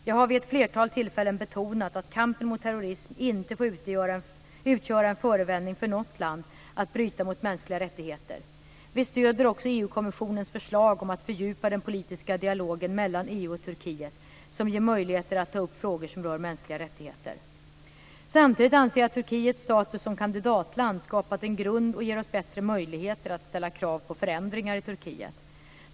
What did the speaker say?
Jag har vid ett flertal tillfällen betonat att kampen mot terrorism inte får utgöra en förevändning för något land att bryta mot mänskliga rättigheter. Vi stöder också EU kommissionens förslag om att fördjupa den politiska dialog mellan EU och Turkiet som ger möjligheter att ta upp frågor som rör mänskliga rättigheter. Samtidigt anser jag att Turkiets status som kandidatland skapat en grund och ger oss bättre möjligheter att ställa krav på förändringar i Turkiet.